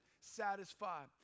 satisfied